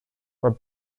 were